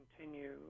continue